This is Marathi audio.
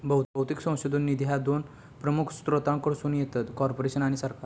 बहुतेक संशोधन निधी ह्या दोन प्रमुख स्त्रोतांकडसून येतत, कॉर्पोरेशन आणि सरकार